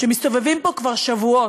שמסתובבים פה כבר שבועות,